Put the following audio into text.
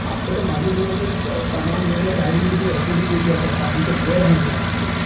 آپ کو تو معلوم ہونا چاہیے کہ سامان لینے پر ہری مرچ ایسے ہی دے دیا کرتا ہے ہم تو لے رہے ہیں آپ سے